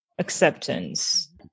acceptance